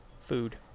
food